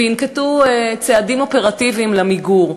וינקטו צעדים אופרטיביים למיגורם.